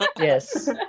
yes